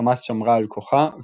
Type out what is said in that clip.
חמאס שמרה על כוחה,